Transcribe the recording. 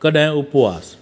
कॾहिं उपवास